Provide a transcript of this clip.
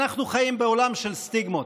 אנחנו חיים בעולם של סטיגמות: